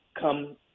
come